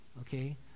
okay